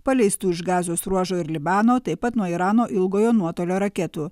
paleistų iš gazos ruožo ir libano taip pat nuo irano ilgojo nuotolio raketų